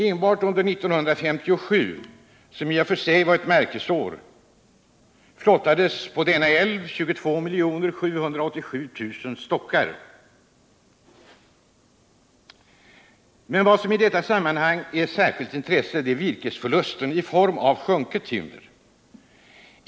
Enbart under 1957, som i och för sig var ett märkesår, flottades på Ångermanälven 22 787 000 stockar. Vad som i detta sammanhang är av särskilt intresse är virkesförlusten i form av sjunket timmer.